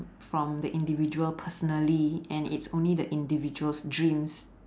from the individual personally and it's only the individual's dreams